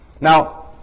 Now